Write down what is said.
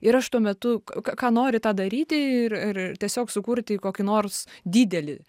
ir aš tuo metu ką ką nori tą daryti ir ir tiesiog sukurti kokį nors didelį